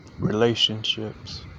relationships